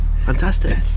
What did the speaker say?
Fantastic